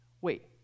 Wait